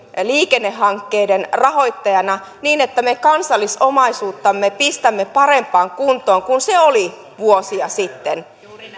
liikennehankkeiden rahoittajana niin että me kansallisomaisuuttamme pistämme parempaan kuntoon kuin se oli vuosia sitten